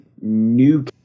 new